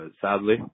sadly